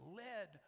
led